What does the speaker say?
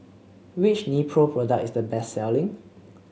which Nepro product is the best selling